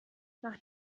nach